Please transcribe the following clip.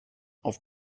auf